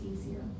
easier